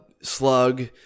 slug